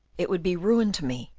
it would be ruin to me,